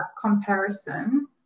comparison